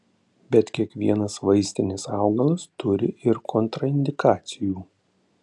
bet kiekvienas vaistinis augalas turi ir kontraindikacijų